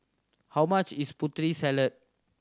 how much is Putri Salad